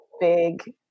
big